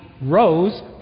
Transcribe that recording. rose